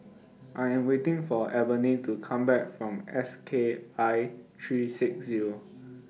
I Am waiting For Ebony to Come Back from S K I three six Zero